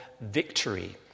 victory